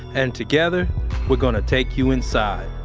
and together we're going to take you inside